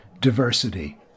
diversity